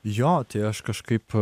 jo tai aš kažkaip